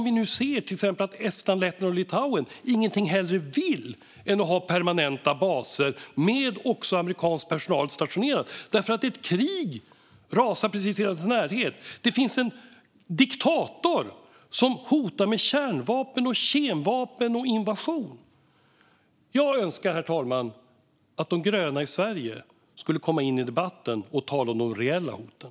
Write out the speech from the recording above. Vi ser att Estland, Lettland och Litauen ingenting hellre vill än att ha permanenta baser med amerikansk personal stationerad. Ett krig rasar i deras närhet. Det finns en diktator som hotar med kärnvapen, kemvapen och invasion. Herr talman! Jag önskar att de gröna i Sverige skulle komma in i debatten och tala om de reella hoten.